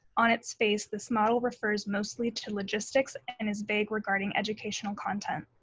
on its face, this model refers mostly to logistics and is vague regarding educational content.